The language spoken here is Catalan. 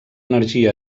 energia